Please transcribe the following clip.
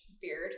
beard